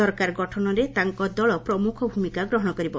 ସରକାର ଗଠନରେ ତାଙ୍କ ଦଳ ପ୍ରମୁଖ ଭୂମିକା ଗ୍ରହଣ କରିବ